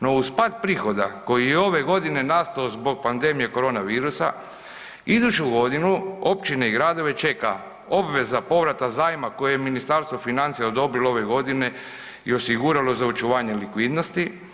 No uz pad prihoda koji je ove godine nastao zbog panedmije koronavirusa, iduću godinu općine i gradove čeka obveza povrata zajma koje je Ministarstvo financija odobrilo ove godine i osiguralo za očuvanje likvidnosti.